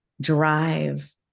drive